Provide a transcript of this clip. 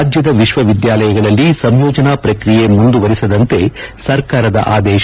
ರಾಜ್ಗದ ವಿಶ್ವವಿದ್ಗಾಲಯಗಳಲ್ಲಿ ಸಂಯೋಜನಾ ಪ್ರಕ್ರಿಯೆ ಮುಂದುವರೆಸದಂತೆ ಸರ್ಕಾರದ ಆದೇಶ